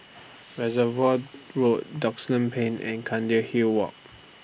Reservoir Road Duxton Plain and Hill Walk